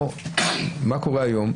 מה קורה היום?